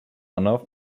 anna